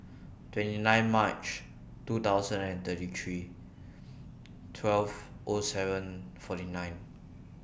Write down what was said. twenty nine March two thousand and twenty three twelve O seven forty nine